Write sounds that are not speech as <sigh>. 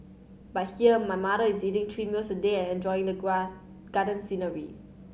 but here my mother is eating three meals a day and enjoying the <unintelligible> garden scenery